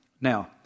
Now